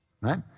right